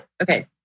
Okay